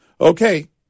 Okay